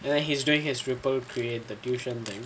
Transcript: then he's doing his people create the tuition thing